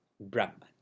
Brahman